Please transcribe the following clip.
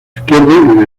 izquierdo